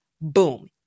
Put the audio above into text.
Boom